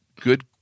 good